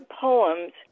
poems